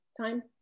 time